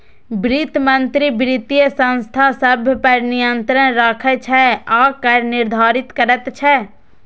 वित्त मंत्री वित्तीय संस्था सभ पर नियंत्रण राखै छै आ कर निर्धारित करैत छै